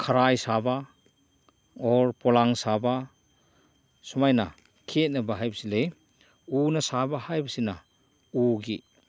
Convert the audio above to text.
ꯈꯔꯥꯏ ꯁꯥꯕ ꯑꯣꯔ ꯄꯣꯂꯥꯡ ꯁꯥꯕ ꯁꯨꯃꯥꯏꯅ ꯈꯦꯠꯅꯕ ꯍꯥꯏꯕꯁꯤ ꯂꯩ ꯎꯅ ꯁꯥꯕ ꯍꯥꯏꯕꯁꯤꯅ ꯎꯒꯤ